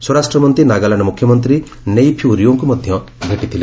ସ୍ୱରାଷ୍ଟ୍ରମନ୍ତ୍ରୀ ନାଗାଲାଣ୍ଡ ମୁଖ୍ୟମନ୍ତ୍ରୀ ନେଇଫ୍ୟୁ ରିଓଙ୍କୁ ମଧ୍ୟ ଭେଟିଥିଲେ